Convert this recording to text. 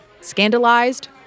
Scandalized